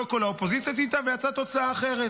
לא כל האופוזיציה צייתה ויצאה תוצאה אחרת.